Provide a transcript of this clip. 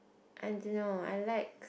I don't know I like